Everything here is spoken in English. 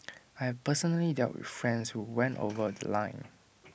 I've personally dealt with friends who went over The Line